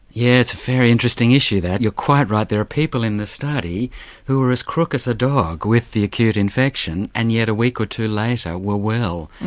yeah it's a very interesting issue that. you're quite right, there are people in the study who were as crook as a dog with the acute infection and yet a week or two later were well.